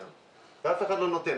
ואף אחד לא נותן.